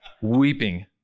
weeping